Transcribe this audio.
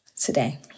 today